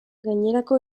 gainerako